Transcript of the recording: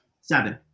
Seven